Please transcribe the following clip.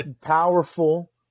powerful